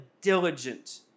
diligent